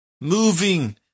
moving